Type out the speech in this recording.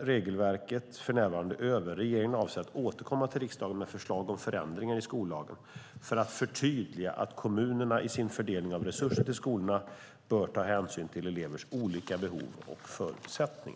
regelverket för närvarande över. Regeringen avser därför att återkomma till riksdagen med förslag om förändringar i skollagen för att förtydliga att kommunerna i sin fördelning av resurser till skolorna bör ta hänsyn till elevers olika behov och förutsättningar.